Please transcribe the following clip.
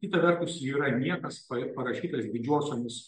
kita vertus ji yra niekas pa parašytas didžiosiomis